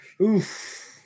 Oof